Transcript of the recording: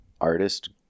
artist